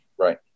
Right